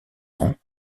ans